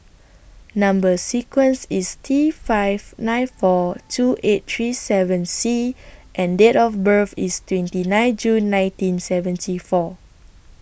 Number sequence IS T five nine four two eight three seven C and Date of birth IS twenty nine June nineteen seventy four